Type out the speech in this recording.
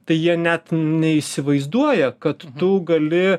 tai jie net neįsivaizduoja kad tu gali